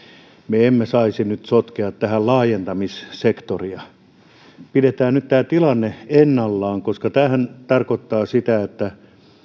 me emme saisi nyt sotkea tähän laajentamissektoria pidetään tämä tilanne ennallaan koska tämähän tarkoittaa sitä että